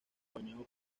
bañado